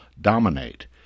dominate